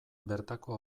bertako